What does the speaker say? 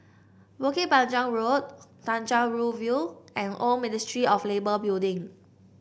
Bukit Panjang Road Tanjong Rhu View and Old Ministry of Labour Building